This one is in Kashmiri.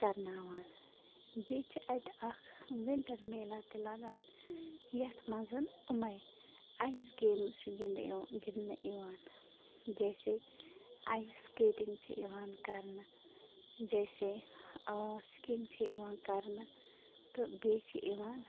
کَرناوان بیٚیہِ چھِ اَتہِ اَکھ ونٛٹر میلا تہِ لَگان یَتھ منٛز یِمے اَیس گیمٕز چھِ گنٛدٕ گنٛدنہٕ یِوان جیسے اَیس سِکیٹنگ چھِ یِوان کَرنہٕ جیسے آ سِکِنگ چھِ یِوان کَرنہٕ تہٕ بیٚیہِ چھِ یِوان